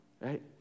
right